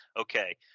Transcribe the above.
Okay